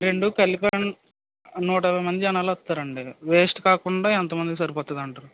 రెండు కలిపి నూట ఇరవై మంది జనాలు వస్తారండి వేస్ట్ కాకుండా ఎంత మందికి సరిపోతుంది అంటారు